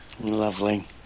Lovely